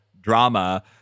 drama